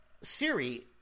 Siri